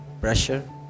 pressure